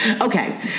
Okay